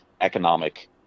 economic